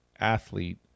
athlete